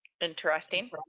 Interesting